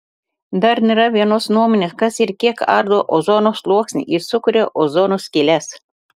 dar nėra vienos nuomonės kas ir kiek ardo ozono sluoksnį ir sukuria ozono skyles